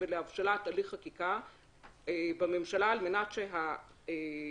ולהבשלת הליך חקיקה בממשלה על מנת שהתוצר,